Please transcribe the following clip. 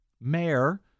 mayor